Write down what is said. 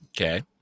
Okay